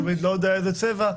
צמיד לא משנה באיזה צבע,